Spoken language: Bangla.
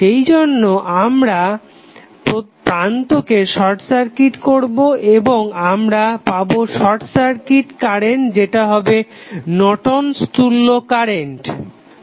সেইজন্য যখন আমরা প্রান্তকে শর্ট সার্কিট করবো তখন আমরা পাবো শর্ট সার্কিট কারেন্ট যেটা হবে নর্টন'স তুল্য কারেন্ট Nortons equivalent current